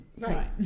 Right